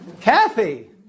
Kathy